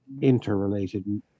interrelated